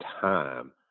time